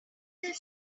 there